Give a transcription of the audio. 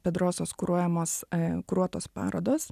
pedrosos kuruojamos kuruotos parodos